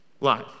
life